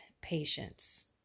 patience